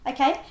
Okay